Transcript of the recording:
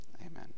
Amen